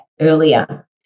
earlier